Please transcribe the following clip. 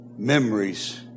memories